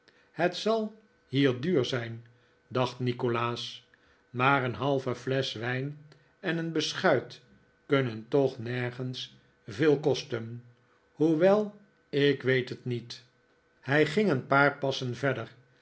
het zal hier duur zijn dacht nikolaas maar een halve flesch wijn en een beschuit kunnen toch nergens veel kosten hoewel ik weet het niet hij ging een paar passen verder